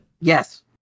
Yes